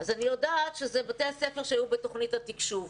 אני יודעת שזה בתי הספר שהיו בתוכנית התקשוב,